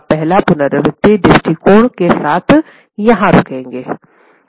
तो पहला पुनरावृत्ति दृष्टिकोण के साथ यहां रोकेंगे